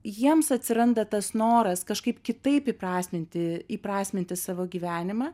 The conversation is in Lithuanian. jiems atsiranda tas noras kažkaip kitaip įprasminti įprasminti savo gyvenimą